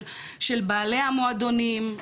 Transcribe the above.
של בעלי המועדונים,